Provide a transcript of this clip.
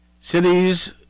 Cities